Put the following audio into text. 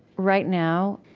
right now